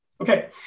Okay